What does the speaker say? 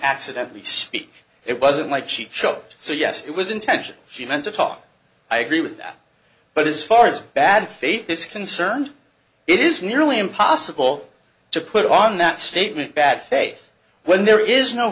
accidentally speak it wasn't like she shot so yes it was intentional she meant to talk i agree with that but as far as bad faith is concerned it is nearly impossible to put on that statement bad faith when there is no